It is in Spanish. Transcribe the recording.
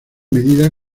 medida